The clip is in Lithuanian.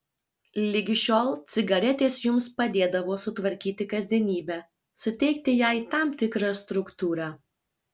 ligi šiol cigaretės jums padėdavo sutvarkyti kasdienybę suteikti jai tam tikrą struktūrą